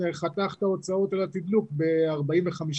חתכת הוצאות על התדלוק ב-50%-45%.